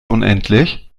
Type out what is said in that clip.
unendlich